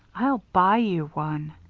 i'll buy you one.